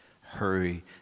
hurry